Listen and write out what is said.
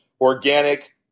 organic